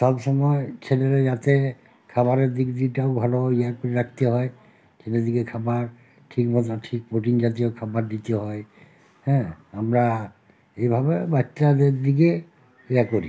সব সময় ছেলেরা যাতে খাবারের দিকদিটাও ভালো ইয়া করি রাখতে হয় সেটা থিকে খাবার ঠিক মতো ঠিক প্রোটিন জাতীয় খাবার দিতে হয় হ্যাঁ আমরা এভাবে বাচ্চাদের দিকে ইয়া করি